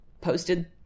posted